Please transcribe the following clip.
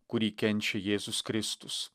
kurį kenčia jėzus kristus